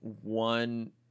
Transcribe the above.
one